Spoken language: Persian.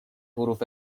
حروف